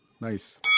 Nice